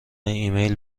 ایمیل